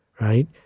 right